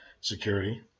security